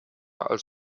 als